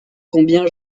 combien